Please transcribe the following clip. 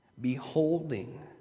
beholding